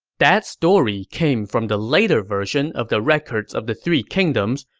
that story came from the later version of the records of the three kingdoms,